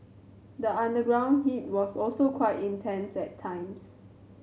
the underground heat was also quite intense at times